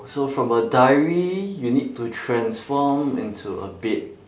so from a diary you need to transform into a bed